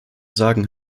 sagen